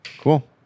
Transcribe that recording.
Cool